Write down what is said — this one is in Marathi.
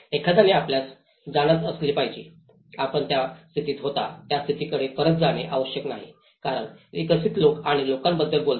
एखाद्याने आपल्यास जाणत असले पाहिजे आपण ज्या स्थितीत होता त्या स्थितीकडे परत जाणे आवश्यक नाही कारण विकसित लोक आणि लोकांबद्दल बोलतात